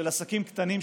של עסקים קטנים,